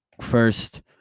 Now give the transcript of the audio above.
first